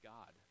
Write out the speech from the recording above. God